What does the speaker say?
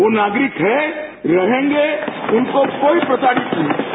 वो नागरिक है रहेंगे उनको कोई प्रताड़ित नहीं करेगा